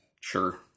Sure